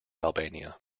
albania